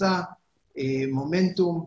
מסע מומנטום.